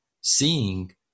seeing